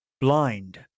blind